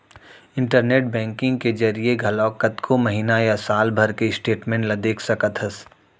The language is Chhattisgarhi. इंटरनेट बेंकिंग के जरिए घलौक कतको महिना या साल भर के स्टेटमेंट ल देख सकत हस